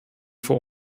vor